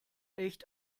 echt